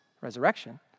resurrection